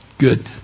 good